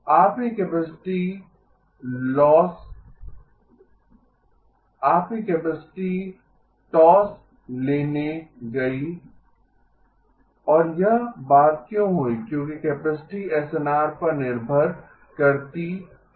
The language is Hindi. आपकी कैपेसिटी टॉस लेने गयी और यह बात क्यों हुई क्योंकि कैपेसिटी एसएनआर पर निर्भर करती है